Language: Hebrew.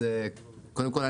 אז קודם כול,